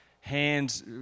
hands